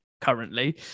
currently